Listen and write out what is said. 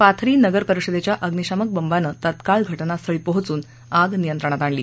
पाथरी नगर परिषदेच्या अग्नीशामक बंबाने तत्काळ घाज्ञास्थळी पोहोचून आग नियंत्रणात आणली